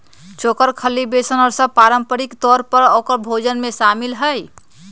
चोकर, खल्ली, बेसन और सब पारम्परिक तौर पर औकर भोजन में शामिल हई